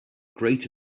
great